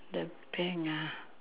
the bank ah